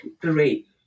great